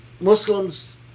Muslims